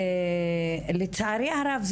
אבל לצערי הרב,